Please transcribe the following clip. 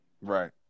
Right